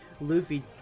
Luffy